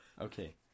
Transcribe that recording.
Okay